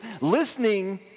listening